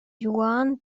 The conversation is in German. juan